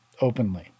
openly